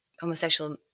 homosexual